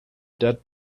dead